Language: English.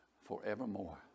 forevermore